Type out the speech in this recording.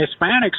Hispanics